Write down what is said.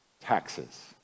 taxes